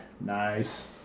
Nice